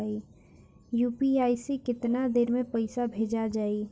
UPI से केतना देर मे पईसा भेजा जाई?